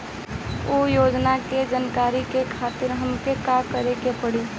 उ योजना के जानकारी के खातिर हमके का करे के पड़ी?